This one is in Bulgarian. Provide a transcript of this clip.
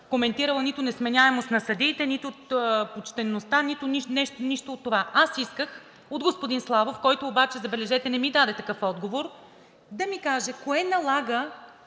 коментирала нито несменяемост на съдиите, нито почтеността, нито нещо от това. Аз исках от господин Славов, който обаче, забележете, не ми даде такъв отговор, да ми каже кое налага